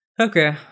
Okay